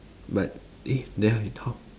but eh then how you talk